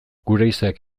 guraizeak